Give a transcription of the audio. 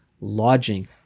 lodging